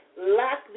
lack